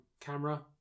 camera